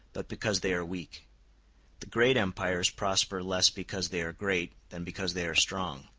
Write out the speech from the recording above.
but because they are weak the great empires prosper less because they are great than because they are strong.